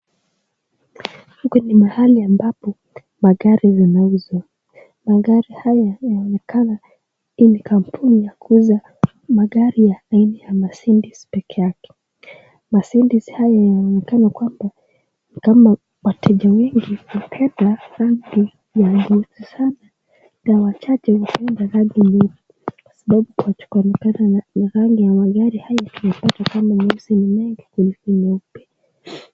Huku ni mahali ambapo magari zinauzwa. Magari haya yanaonekana ni kampuni ya kuuza magari ya laini ya Mercedes pekee yake. Mercedes haya yanaonekana kwamba ni kama wateja wengi hupenda rangi ya nyeusi sana, na wachache hupenda rangi nyeupe. Kwa sababu ukitazama kwa kuonekana na rangi ya magari haya, unapata kama nyeusi ni mengi kuliko nyeupe.